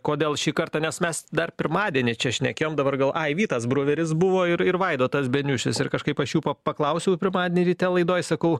kodėl šį kartą nes mes dar pirmadienį čia šnekėjom dabar gal ai vytas bruveris buvo ir vaidotas beniušis ir kažkaip aš jų pa paklausiau pirmadienį ryte laidoj sakau